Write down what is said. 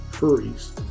Hurries